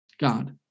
God